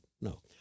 No